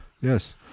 Yes